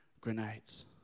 grenades